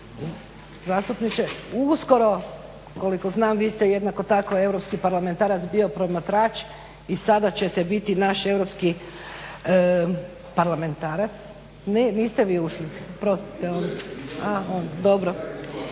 zastupniče, uskoro koliko znam vi ste jednako tako europski parlamentarac bio promatrač i sada ćete biti naš europski parlamentarac. Ne, niste vi ušli. Oprostite onda. A dobro.